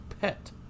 pet